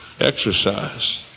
exercise